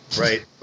right